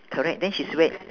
correct then she's wea~